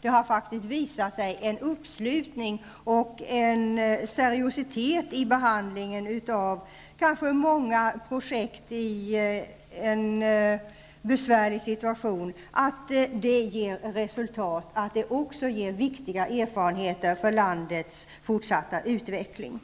Det har bidragit till en stor uppslutning och seriositet i behandlingen av många projekt i en besvärlig situation att resultatet innebär viktiga erfarenheter för landets fortsatta utveckling.